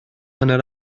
hanner